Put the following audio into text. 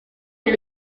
est